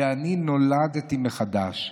אני נולדתי מחדש,